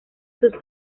sus